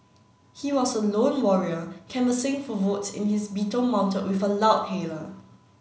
he was a lone warrior canvassing for votes in his Beetle mounted with a loudhailer